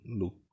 look